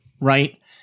Right